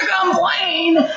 Complain